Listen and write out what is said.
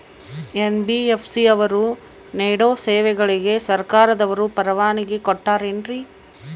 NBFC ಅವರು ನೇಡೋ ಸೇವೆಗಳಿಗೆ ಸರ್ಕಾರದವರು ಪರವಾನಗಿ ಕೊಟ್ಟಾರೇನ್ರಿ?